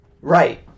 Right